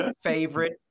favorite